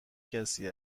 کسی